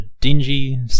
dingy